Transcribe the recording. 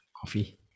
coffee